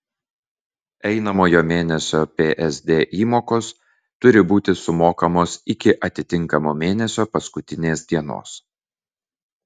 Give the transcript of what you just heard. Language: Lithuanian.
einamojo mėnesio psd įmokos turi būti sumokamos iki atitinkamo mėnesio paskutinės dienos